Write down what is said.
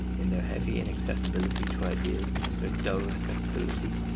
in their heavy inaccessibility to ideas, their dull respectability,